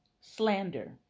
slander